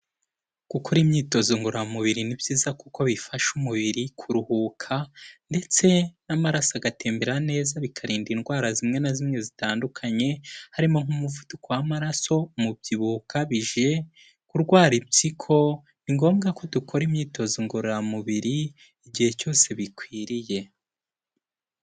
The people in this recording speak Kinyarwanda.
Gukora imyitozo ngororamubiri, ni byiza kuko bifasha umubiri kuruhuka, ndetse n'amaraso agatembera neza bikarinda indwara zimwe na zimwe zitandukanye, harimo nk'umuvuduko w'amaraso, umubyibuho ukabije ,kurwara impyiko, ni ngombwa ko dukora imyitozo ngororamubiri igihe cyose bikwiriye.